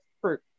fruit